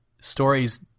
stories